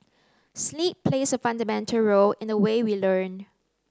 sleep plays a fundamental role in the way we learn